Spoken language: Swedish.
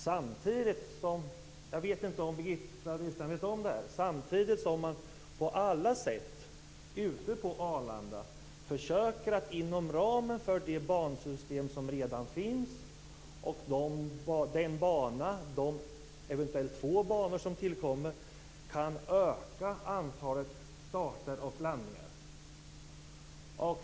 Samtidigt försöker man på alla sätt på Arlanda - jag vet inte om Birgitta Wistrand vet om det - att inom ramen för det bansystem som redan finns och de två banor som eventuellt tillkommer öka antalet starter och landningar.